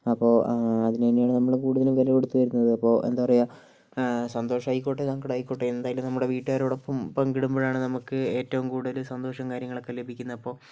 അപ്പോൾ അതിനുതന്നെയാണ് നമ്മൾ കൂടുതലും വില കൊടുത്ത് വരുന്നത് അപ്പോൾ എന്താ പറയുക സന്തോഷമായിക്കോട്ടെ സങ്കടമായിക്കോട്ടെ എന്തായാലും നമ്മുടെ വീട്ടുകാരോടൊപ്പം പങ്കിടുമ്പോഴാണ് നമുക്ക് ഏറ്റവും കൂടുതൽ സന്തോഷവും കാര്യങ്ങളൊക്കെ ലഭിക്കുന്നത് അപ്പോൾ